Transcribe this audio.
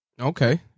Okay